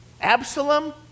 Absalom